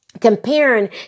comparing